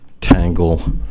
tangle